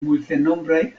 multenombraj